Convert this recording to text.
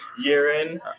urine